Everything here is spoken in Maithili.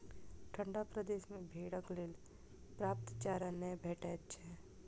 ठंढा प्रदेश मे भेंड़क लेल पर्याप्त चारा नै भेटैत छै